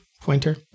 pointer